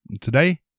Today